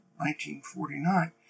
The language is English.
1949